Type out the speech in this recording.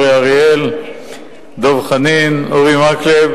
אורי אריאל,